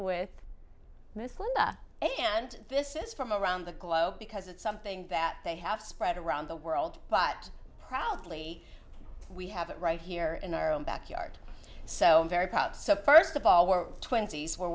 with this linda and this is from around the globe because it's something that they have spread around the world but proudly we have it right here in our own backyard so very proud so first of all we're twenty's were